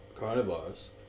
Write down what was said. coronavirus